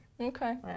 Okay